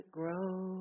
grow